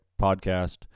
podcast